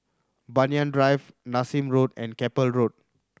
Banyan Drive Nassim Road and Keppel Road